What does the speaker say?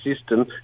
system